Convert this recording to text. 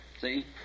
See